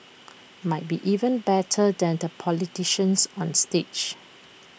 might be even better than the politicians on stage